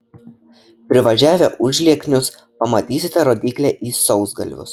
privažiavę užlieknius pamatysite rodyklę į sausgalvius